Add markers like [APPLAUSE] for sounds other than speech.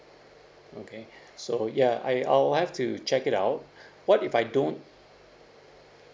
okay [BREATH] so ya I I'll have to check it out [BREATH] what if I don't